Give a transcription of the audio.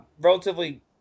Relatively